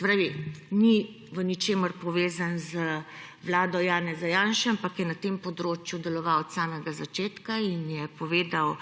pravi, ni v ničemer povezan z vlado Janeza Janše, ampak je na tem področju deloval od samega začetka in je povedal,